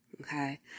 Okay